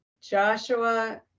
Joshua